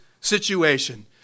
situation